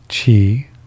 chi